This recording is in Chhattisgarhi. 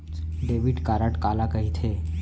डेबिट कारड काला कहिथे?